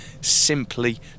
simply